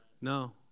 no